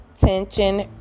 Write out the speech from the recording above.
tension